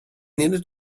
needed